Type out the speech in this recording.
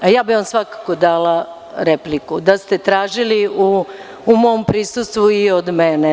Ja bih vam svakako dala repliku da ste tražili u mom prisustvu i od mene.